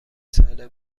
ساله